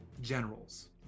generals